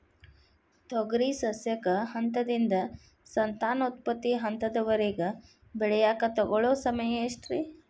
ತೊಗರಿ ಸಸ್ಯಕ ಹಂತದಿಂದ, ಸಂತಾನೋತ್ಪತ್ತಿ ಹಂತದವರೆಗ ಬೆಳೆಯಾಕ ತಗೊಳ್ಳೋ ಸಮಯ ಎಷ್ಟರೇ?